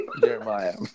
Jeremiah